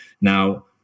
Now